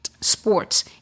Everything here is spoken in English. sports